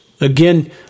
again